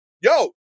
Yo